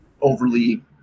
overly